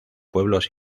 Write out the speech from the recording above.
pueblos